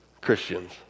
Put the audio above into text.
Christians